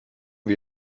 wir